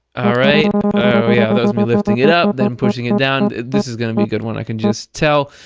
ah right, oh yeah, that was me lifting it up, then pushing it down. this is going to be a good one, i can just tell.